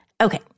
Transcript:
Okay